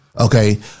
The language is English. Okay